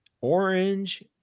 Orange